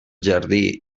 jardí